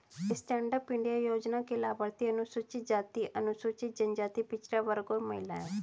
stand up India योजना के लाभार्थी अनुसूचित जाति, अनुसूचित जनजाति, पिछड़ा वर्ग और महिला है